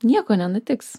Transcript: nieko nenutiks